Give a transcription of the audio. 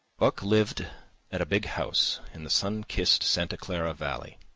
buck lived at a big house in the sun-kissed santa clara valley.